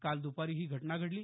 काल दुपारी ही घटना घडली